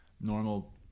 normal